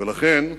ולכן,